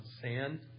sand